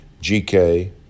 GK